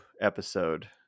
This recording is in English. episode